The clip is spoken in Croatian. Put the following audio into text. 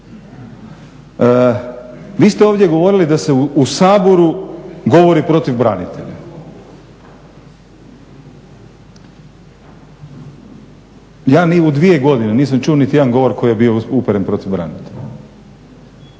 Vi ste ovdje govorili da se u Saboru govori protiv branitelja. Ja ni u dvije godine nisam čuo niti jedan govor koji je bio uperen protiv branitelja.